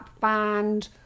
band